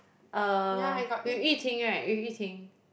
<(uh) with Yu-Ting right with Yu-Ting